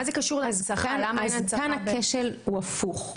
מה זה קשור להנצחה --- כאן הכשל הוא הפוך,